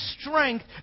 strength